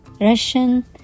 Russian